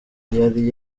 yari